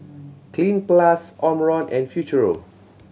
Cleanz Plus Omron and Futuro